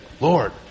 Lord